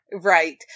Right